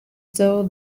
still